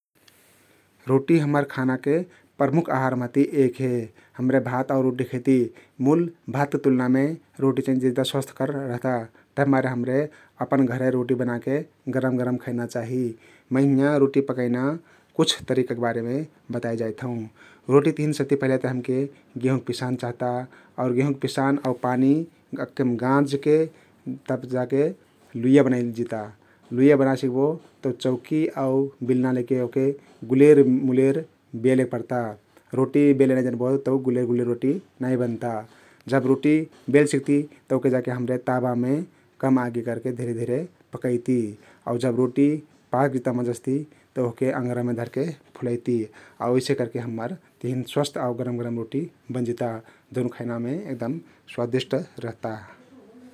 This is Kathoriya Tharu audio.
रोटी हम्मर खानाके प्रमुख आहार महति एक हे । हम्रे भात आउ रोटी खैति । मुल भातके तुल्नामे रोटी चहिं जेदा स्वस्थकर रहता तभिमारे हम्रे अपन घरे रोटी बनाके गरम गरम खैना चाहि । मै हिंयाँ रोटी पकैना कुछ तरिकाके बारेमे बताई जाइत हउँ । रोटीक तहिन सबति पहिले ते हमके गेंहुक पिसान चहता आउ गेंहुक पिसान आउ पानी अक्केम गाँजके तब जाके लुइया बनाइल जिता । लुइया बनासिक्बो तउ चौकी आउ बिल्ना लैके ओहके गुलेरमुलेर बेलेक पर्ता । रोटी बेले नाई जन्बो तउ गुलेर गुलेर रोटी नाई बन्ता । जाब रोटी बेलसिक्ती तउके जाके हम्रे ताबामे कम आगी करके धिरे धिर पकैती आउ जब रोटी पाकजिता मजासति तउ ओहके अङ्गरामे धरके फुलैती आउ अइसे करके हम्मर तिहिन स्वस्थ्य आउ गरम गरम रोटी बन्जिता जउन खैनामे एकदम स्वादिष्ट रहता ।